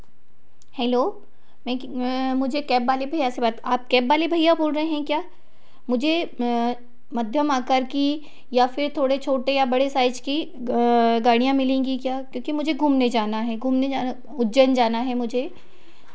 hello मुझे cab वाले भैया से बात आप कैब वाले भैया बोल रहे हैं क्या मुझे मध्यम आकार की या फिर थोड़े छोटे या बड़े साइज की गाड़ियाँ मिलेंगी क्या क्योंकि मुझे घूमने जाना है घूमने जाना उज्जैन जाना है मुझे